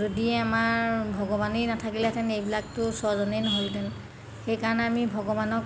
যদি আমাৰ ভগৱানেই নাথাকিলে হেঁতেনে এইবিলাকতো স্ৰজনেই নহ'ল হেঁতেন সেইকাৰণে আমি ভগৱানক